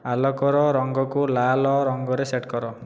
ଆଲୋକର ରଙ୍ଗକୁ ଲାଲ ରଙ୍ଗରେ ସେଟ୍ କର